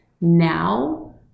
now